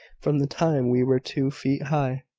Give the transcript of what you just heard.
from the time we were two feet high.